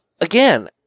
Again –